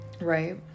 right